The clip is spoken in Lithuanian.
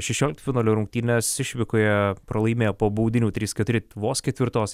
šešioliktfinalio rungtynes išvykoje pralaimėjo po baudinių trys keturi vos ketvirtos